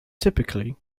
typically